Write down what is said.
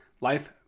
life